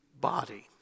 body